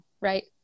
right